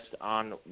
on